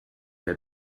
der